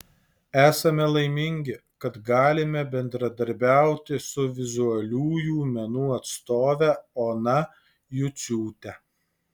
esame laimingi kad galime bendradarbiauti su vizualiųjų menų atstove ona juciūte